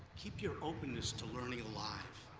keep your openness to learning alive.